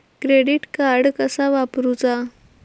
Credit card कसा वापरूचा?